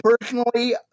personally